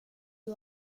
you